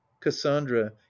Cassandra